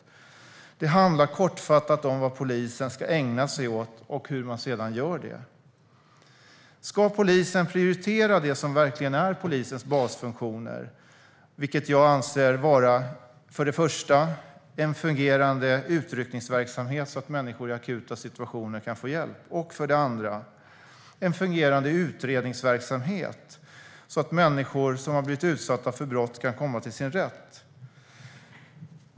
Kortfattat handlar det om vad polisen ska ägna sig åt och hur man sedan gör det. Ska polisen prioritera det som verkligen är polisens basfunktioner, vilka jag anser vara för det första en fungerande utryckningsverksamhet, så att människor i akuta situationer kan få hjälp, och för det andra en fungerande utredningsverksamhet, så att människor som har blivit utsatta för brott kan komma till sin rätt?